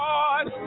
Lord